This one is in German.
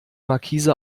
markise